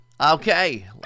Okay